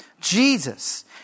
Jesus